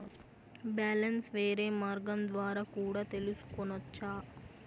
Balance వేరే మార్గం ద్వారా కూడా తెలుసుకొనొచ్చా?